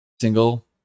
Single